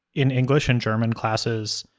in english and german classes,